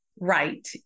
right